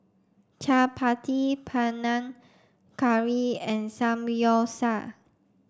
Chapati Panang Curry and Samgyeopsal